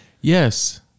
Yes